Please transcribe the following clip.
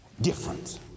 difference